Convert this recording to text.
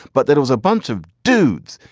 but that it was a bunch of dudes.